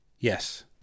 yes